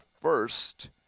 first